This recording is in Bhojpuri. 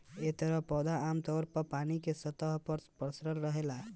एह तरह पौधा आमतौर पर पानी के सतह पर पसर के रहेला